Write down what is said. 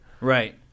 right